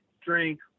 drink